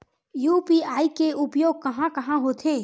UPI के उपयोग कहां कहा होथे?